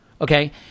okay